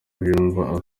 abyumva